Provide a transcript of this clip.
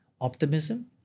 optimism